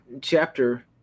chapter